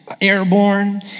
airborne